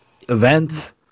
event